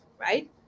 right